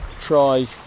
try